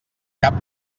cap